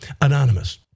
anonymous